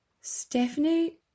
Stephanie